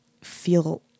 feel